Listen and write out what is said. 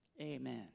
Amen